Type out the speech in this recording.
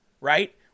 right